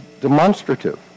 demonstrative